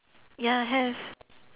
ya have